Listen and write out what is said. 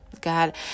God